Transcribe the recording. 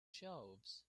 shelves